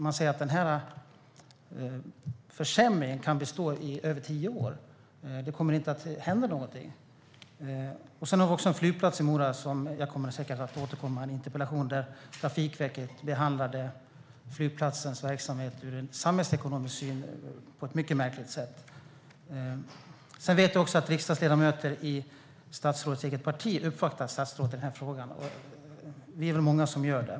Man säger att den här försämringen kan bestå i över tio år. Det kommer inte att hända någonting. Vi har också en flygplats i Mora som jag säkert kommer att återkomma med en interpellation om. Ur samhällsekonomisk synvinkel behandlade Trafikverket flygplatsens verksamhet på ett mycket märkligt sätt. Jag vet att riksdagsledamöter i statsrådets eget parti har uppvaktat statsrådet i den här frågan. Vi är många som gör det.